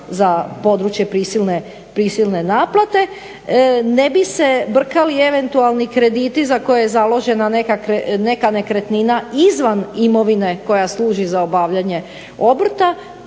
za područje prisilne naplate. Ne bi se brkali eventualni krediti za koje je založena neka nekretnina izvan imovine koja služi za obavljanje obrta.